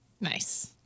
Nice